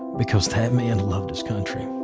because that man loved his country.